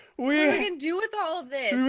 we're gonna do with all